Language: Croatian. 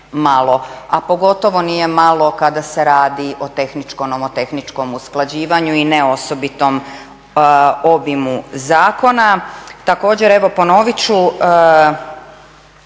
a pogotovo nije malo kada se radi o tehničko-nomotehničkom usklađivanju i ne osobitom obimu zakona. Također evo ponovit ću.